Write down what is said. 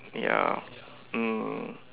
ya